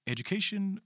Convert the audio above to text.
Education